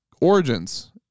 origins